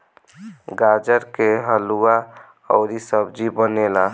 गाजर के हलुआ अउरी सब्जी बनेला